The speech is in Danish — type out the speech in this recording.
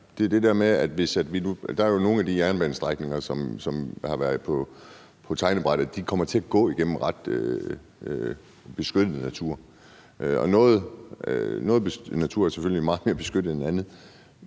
Der er jo nogle af de jernbanestrækninger, som har været på tegnebrættet, som kommer til at gå igennem beskyttet natur. Og noget natur er selvfølgelig meget mere beskyttet end andet,